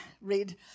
read